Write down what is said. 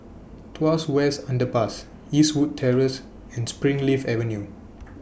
Tuas West Underpass Eastwood Terrace and Springleaf Avenue